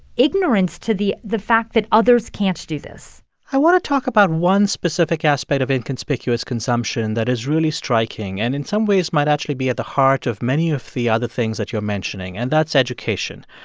ignorance to the the fact that others can't do this i want to talk about one specific aspect of inconspicuous consumption that is really striking and in some ways might actually be at the heart of many of the other things that you are mentioning, and that's education.